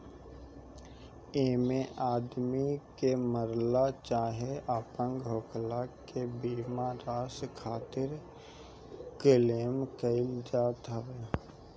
एमे आदमी के मरला चाहे अपंग होखला पे बीमा राशि खातिर क्लेम कईल जात हवे